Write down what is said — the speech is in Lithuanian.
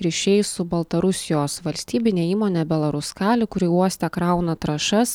ryšiai su baltarusijos valstybine įmone belaruskali kuri uoste krauna trąšas